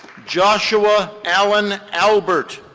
joshua alan albert.